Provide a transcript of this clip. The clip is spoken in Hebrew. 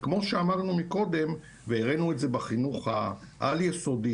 כמו שאמרנו קודם והראינו את זה בחינוך העל-יסודי,